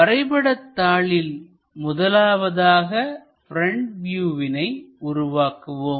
வரைபட தாளில் முதலாவதாக ப்ரெண்ட் வியூவினை உருவாக்குவோம்